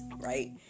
right